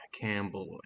Campbell